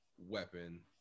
weapon